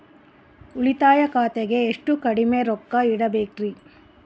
ಉಳಿತಾಯ ಖಾತೆಗೆ ಎಷ್ಟು ಕಡಿಮೆ ರೊಕ್ಕ ಇಡಬೇಕರಿ?